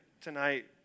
Tonight